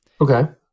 Okay